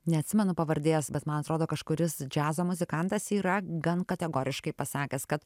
neatsimenu pavardės bet man atrodo kažkuris džiazo muzikantas yra gan kategoriškai pasakęs kad